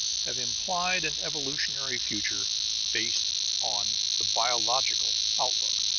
have implied an evolutionary future based on the biological outlook.